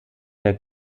der